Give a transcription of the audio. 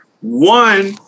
One